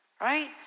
Right